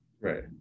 right